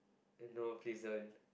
no please don't